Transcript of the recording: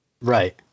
Right